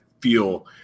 feel